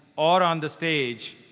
or on the stage,